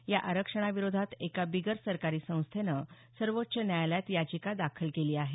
या आरक्षणाविरोधात एका बिगर सरकारी संस्थेनं सर्वोच्च न्यायालयात याचिका दाखल केली आहे